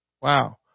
Wow